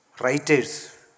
writers